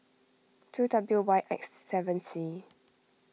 two W Y X seven C